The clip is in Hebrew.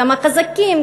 גם החזקים,